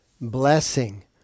blessing